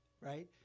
right